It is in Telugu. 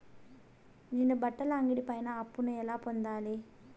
నేను బట్టల అంగడి పైన అప్పును ఎలా పొందాలి?